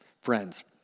friends